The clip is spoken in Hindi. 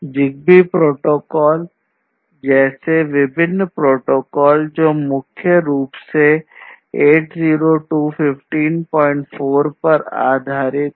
ZigBee प्रोटोकॉल जैसे विभिन्न प्रोटोकॉल हैं जो मुख्य रूप से 802154 पर आधारित हैं